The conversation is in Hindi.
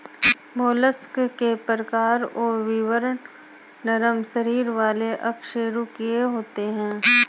मोलस्क के प्रकार और विवरण नरम शरीर वाले अकशेरूकीय होते हैं